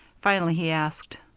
finally he asked,